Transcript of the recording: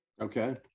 Okay